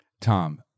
Tom